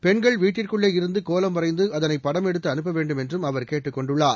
பெண்கள் வீட்டிற்குள்ளே இருந்து கோலம் வரைந்து அதனை படம் எடுத்து அனுப்ப வேண்டும் என்றும் அவர் கேட்டுக் கொண்டுள்ளார்